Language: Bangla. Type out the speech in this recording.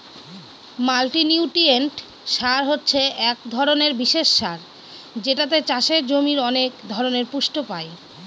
মাল্টিনিউট্রিয়েন্ট সার হছে এক ধরনের বিশেষ সার যেটাতে চাষের জমির অনেক ধরনের পুষ্টি পাই